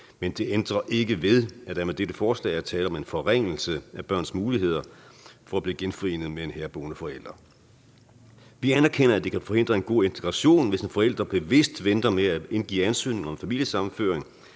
men det ændrer ikke ved, at der med dette forslag er tale om en forringelse af børns muligheder for at blive genforenet med en herboende forælder. Vi anerkender, at det kan forhindre en god integration, hvis en forælder bevidst venter med at indgive ansøgning om familiesammenføring,